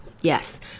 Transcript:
yes